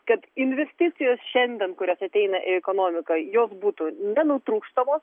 kad investicijos šiandien kurios ateina į ekonomiką jos būtų nenutrūkstamos